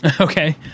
Okay